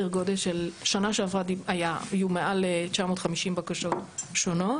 שנה שעברה היו מעל 950 בקשות שונות.